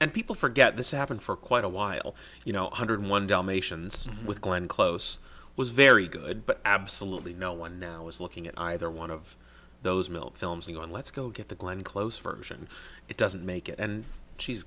and people forget this happened for quite a while you know a hundred one dalmatians with glenn close was very good but absolutely no one now is looking at either one of those mill films and on let's go get the glenn close version it doesn't make it and she